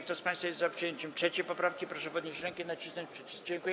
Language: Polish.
Kto z państwa jest za przyjęciem 3. poprawki, proszę podnieść rękę i nacisnąć przycisk.